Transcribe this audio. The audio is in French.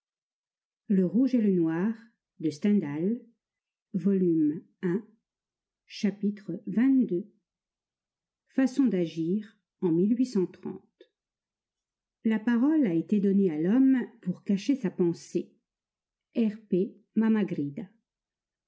chapitre xxii façons d'agir en la parole a été donnée à l'homme pour cacher sa pensée r p